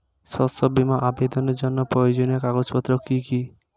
শস্য বীমা আবেদনের জন্য প্রয়োজনীয় কাগজপত্র কি কি?